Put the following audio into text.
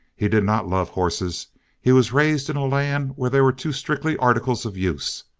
he did not love horses he was raised in a land where they were too strictly articles of use.